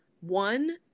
one